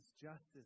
justice